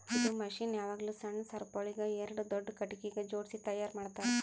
ಇದು ಮಷೀನ್ ಯಾವಾಗ್ಲೂ ಸಣ್ಣ ಸರಪುಳಿಗ್ ಎರಡು ದೊಡ್ಡ ಖಟಗಿಗ್ ಜೋಡ್ಸಿ ತೈಯಾರ್ ಮಾಡ್ತರ್